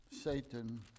Satan